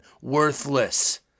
worthless